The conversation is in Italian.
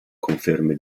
conferme